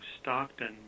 Stockton